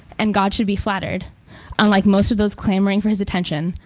and god should be flattered unlike most of those clamoring for his attention,